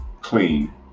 clean